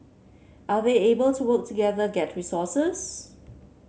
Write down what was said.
are they able to work together get resources